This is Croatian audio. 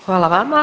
Hvala vama.